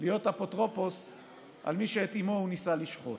להיות אפוטרופוס של מי שאת אימו הוא ניסה לשחוט,